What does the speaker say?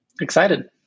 Excited